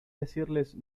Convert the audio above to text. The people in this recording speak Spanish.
decirles